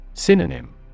Synonym